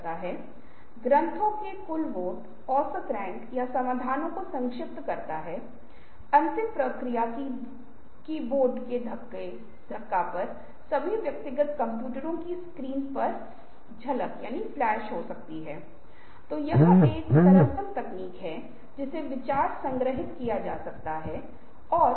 अब यह पता लगाना महत्वपूर्ण है कि कौन सा उपकरण आपको फिट करता है आप किस उपकरण के साथ सहज हैं यह पता लगाना भी महत्वपूर्ण है कि आप कौन से उपकरण का उपयोग व्यक्तिगत रूप से कर सकते हैं और किन उपकरणों का उपयोग आप समूहों में कर सकते हैं और फिर उन्हें आज़मा सकते हैं